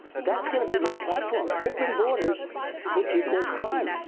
that's going to be their platform. open borders which equals crime.